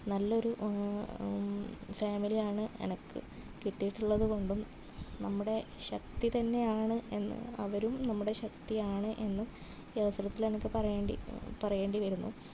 നല്ലൊരു ഫാമിലി ആണ് എനിക്ക് കിട്ടിയിട്ടുള്ളതുകൊണ്ടും നമ്മുടെ ശക്തിതന്നെയാണ് എന്ന് അവരും നമ്മുടെ ശക്തിയാണ് എന്ന് ഈ അവസരത്തിൽ എനിക്ക് പറയേണ്ടി പറയേണ്ടി വരുന്നു